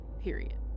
period